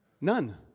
None